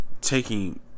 taking